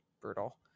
brutal